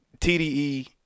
TDE